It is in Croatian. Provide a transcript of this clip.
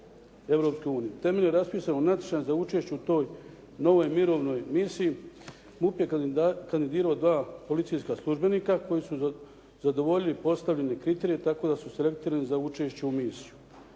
Temeljem raspisanog natječaja za učešće u toj novoj mirovnoj misiji, MUP je kandidirao dva policijska službenika koji su zadovoljili postavljene kriterije tako da su selektirani za učešće u misiji.